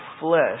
flesh